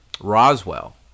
roswell